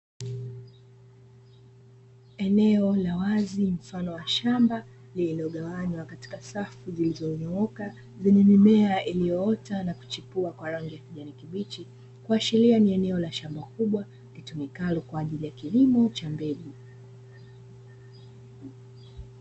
Eneo la wazi mfano wa shamba lililogawanywa katika safu zilizonyooka, zenye mimea iliyoota na kuchipua kwa rangi ya kijani kibichi, kuashiria ni eneo la shamba kubwa litumikalo kwa ajili ya kilimo cha mbegu.